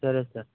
సరే సార్